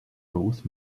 both